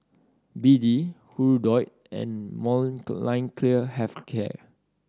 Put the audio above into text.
B D Hirudoid and Molnylcke Have a Care